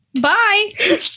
Bye